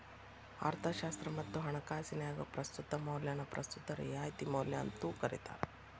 ಅರ್ಥಶಾಸ್ತ್ರ ಮತ್ತ ಹಣಕಾಸಿನ್ಯಾಗ ಪ್ರಸ್ತುತ ಮೌಲ್ಯನ ಪ್ರಸ್ತುತ ರಿಯಾಯಿತಿ ಮೌಲ್ಯ ಅಂತೂ ಕರಿತಾರ